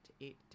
eight